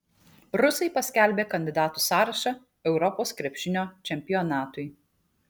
rusai paskelbė kandidatų sąrašą europos krepšinio čempionatui